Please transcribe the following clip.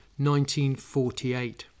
1948